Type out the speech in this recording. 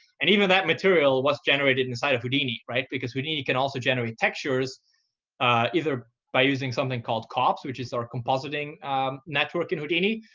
and even that material was generated inside of houdini, because houdini can also generate textures either by using something called cop, which is our compositing network in houdini,